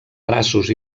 braços